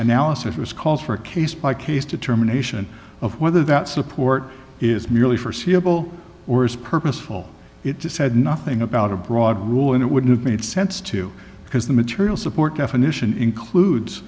analysis was calls for a case by case determination of whether that support is merely forseeable or is purposeful it just said nothing about a broad rule and it wouldn't have made sense to because the material support definition includes